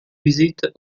visite